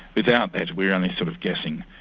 without that we are only sort of guessing.